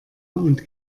und